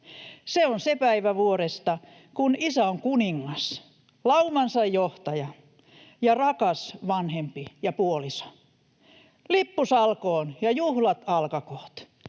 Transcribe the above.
Se on se päivä vuodesta, kun isä on kuningas, laumansa johtaja ja rakas vanhempi ja puoliso — lippu salkoon ja juhlat alkakoot.